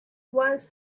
once